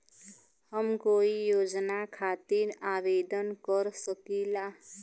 हम कोई योजना खातिर आवेदन कर सकीला?